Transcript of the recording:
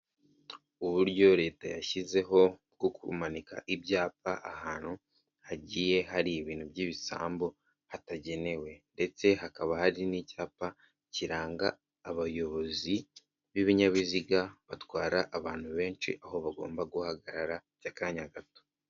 Uburyo leta yashyizeho bwo kumanika ibyapa ahantu hagiye hari ibintu by'ibisambu, hatagenewe ndetse hakaba hari n'icyapa kiranga abayobozi b'ibinyabiziga batwara abantu benshi aho bagomba guhagarara by'akanya gato.